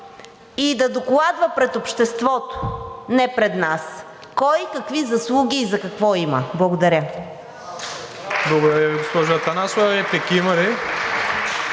и да докладва пред обществото – не пред нас, кой какви заслуги и за какво има. Благодаря.